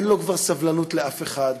אין לו כבר סבלנות לאף אחד,